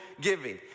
giving